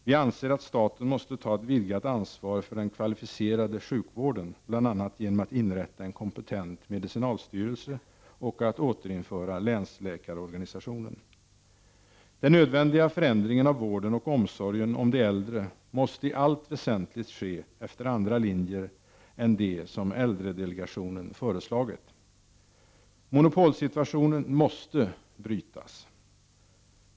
Vi anser att staten måste ta ett vidgat ansvar för den kvalificerade sjukvården, bl.a. genom att inrätta en kompetent medicinalstyrelse och att återinföra länsläkarorganisationen. Den nödvändiga förändringen av vården och omsorgen om de äldre måste i allt väsentligt ske efter andra linjer än de som äldredelegationen föreslagit. Monopolsituationen måste brytas.